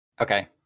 okay